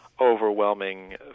overwhelming